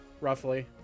roughly